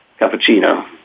cappuccino